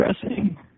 dressing